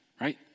right